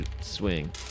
swing